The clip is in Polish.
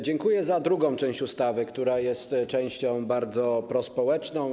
Dziękuję za drugą część ustawy, która jest częścią bardzo prospołeczną.